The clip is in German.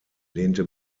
lehnte